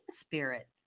spirit